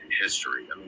history